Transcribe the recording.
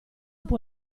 può